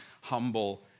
humble